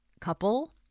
couple